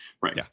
right